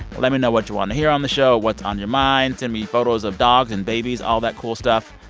let me know what you want to hear on the show, what's on your mind. send me photos of dogs and babies, all that cool stuff.